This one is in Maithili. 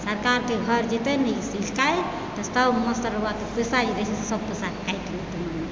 सरकारके घर जेतै ने ई शिकायत तऽ सभ मास्टरवाके पैसामेसँ सभ पैसा काटि लेतै